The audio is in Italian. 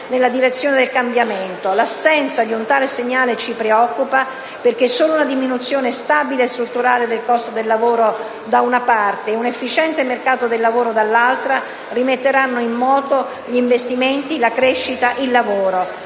nella direzione del cambiamento. L'assenza di un tale segnale ci preoccupa, perché solo una diminuzione stabile e strutturale del costo del lavoro, da una parte, e un efficiente mercato del lavoro, dall'altra, rimetteranno in moto gli investimenti, la crescita, il lavoro.